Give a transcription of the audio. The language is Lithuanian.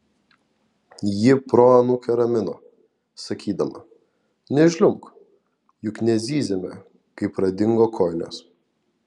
ji proanūkę ramino sakydama nežliumbk juk nezyzėme kai pradingo kojinės